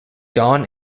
john